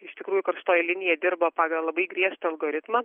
iš tikrųjų karštoji linija dirba pagal labai griežtą algoritmą